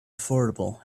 affordable